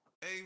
Hey